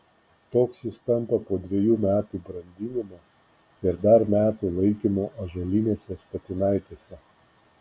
toks jis tampa po dvejų metų brandinimo ir dar metų laikymo ąžuolinėse statinaitėse